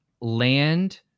land